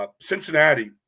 Cincinnati